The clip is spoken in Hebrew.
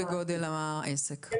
כן, תלוי בגודל העסק.